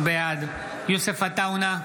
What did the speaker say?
בעד יוסף עטאונה,